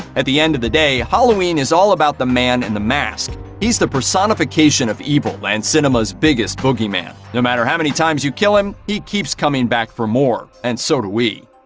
at the end of the day, halloween is all about the man in and the mask. he's the personification of evil, and cinema's biggest bogeyman. no matter how many times you kill him, he keeps coming back for more. and so do we.